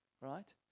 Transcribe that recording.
Right